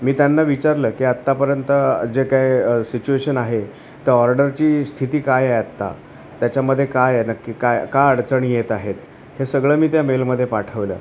मी त्यांना विचारलं की आत्तापर्यंत जे काय सिच्युएशन आहे त्या ऑर्डरची स्थिती काय आहे आत्ता त्याच्यामध्ये काय आहे नक्की काय का अडचणी येत आहेत हे सगळं मी त्या मेलमध्ये पाठवलं